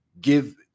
give